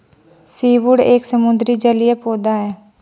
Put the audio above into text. seaweed एक समुद्री जलीय पौधा है